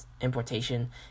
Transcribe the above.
importation